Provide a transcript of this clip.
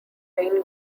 main